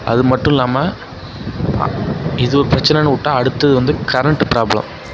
அதுமட்டும் இல்லாமல் இது ஒரு பிரச்சனைன்னு விட்டா அடுத்து வந்து கரண்ட் ப்ராப்ளம்